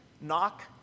knock